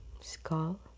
Skull